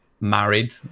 married